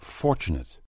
fortunate